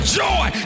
joy